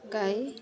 ଗାଈ